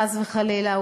חס וחלילה,